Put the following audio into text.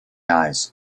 eyes